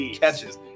catches